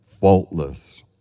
faultless